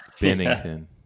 Bennington